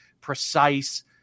precise